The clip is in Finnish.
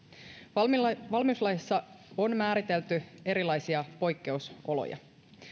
valmiuslaissa on määritelty erilaisia poikkeusoloja